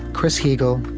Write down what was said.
chris heagle,